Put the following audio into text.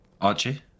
Archie